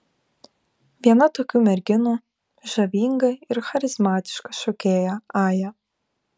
viena tokių merginų žavinga ir charizmatiška šokėja aja